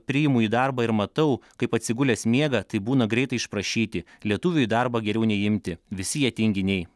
priimu į darbą ir matau kaip atsigulęs miega tai būna greitai išprašyti lietuvių į darbą geriau neimti visi jie tinginiai